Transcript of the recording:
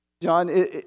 John